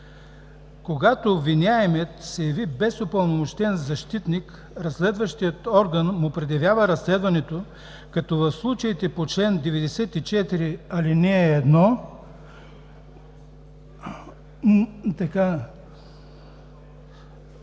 „Когато обвиняемият се яви без упълномощен защитник, разследващият орган му предявява разследването, като в случаите по чл. 94, ал.